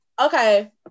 okay